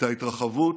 את ההתרחבות,